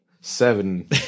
seven